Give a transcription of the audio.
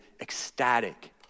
ecstatic